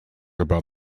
about